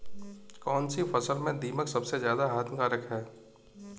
कौनसी फसल में दीमक सबसे ज्यादा हानिकारक है?